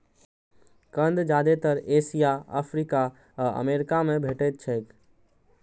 कंद जादेतर Asia, Africa आ अमेरिका मे भेटैत छैक